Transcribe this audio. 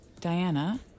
Diana